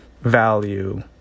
value